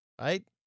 right